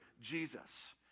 Jesus